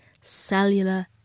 cellular